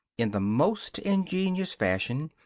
in the most ingenious fashion,